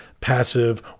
passive